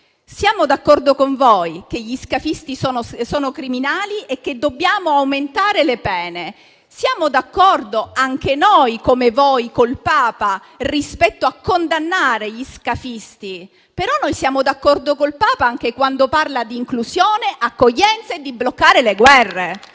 Siamo d'accordo con voi che gli scafisti siano criminali e che dobbiamo aumentare le pene. Siamo d'accordo anche noi, come voi, col Papa rispetto alla condanna degli scafisti. Noi, però, siamo d'accordo col Papa anche quando parla di inclusione, accoglienza e di bloccare le guerre.